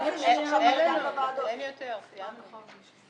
אין הבקשה למיזוג נתקבלה.